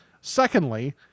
secondly